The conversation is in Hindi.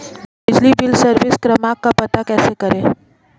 बिजली बिल सर्विस क्रमांक का पता कैसे करें?